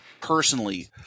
personally